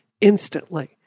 Instantly